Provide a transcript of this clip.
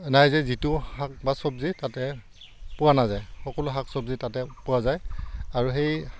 নাই যে যিটো শাক বা চব্জি তাতে পোৱা নাযায় সকলো শাক চব্জি তাতে পোৱা যায় আৰু সেই